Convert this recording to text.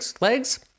legs